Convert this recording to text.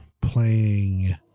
playing